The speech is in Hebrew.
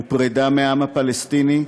הוא פרידה מהעם הפלסטיני,